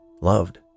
loved